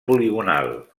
poligonal